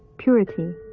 purity,